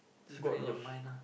just pray in your mind ah